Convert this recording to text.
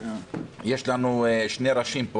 יש לנו פה שני ראשים,